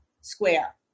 square